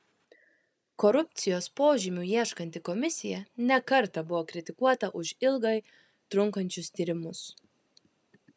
korupcijos požymių ieškanti komisija ne kartą buvo kritikuota už ilgai trunkančius tyrimus